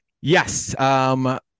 Yes